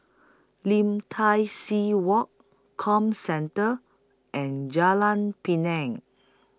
Lim Tai See Walk Comcentre and Jalan Pinang